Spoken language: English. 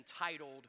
Entitled